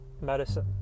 medicine